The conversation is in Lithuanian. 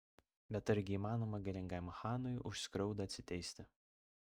bet argi įmanoma galingajam chanui už skriaudą atsiteisti